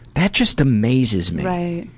that just amazes me.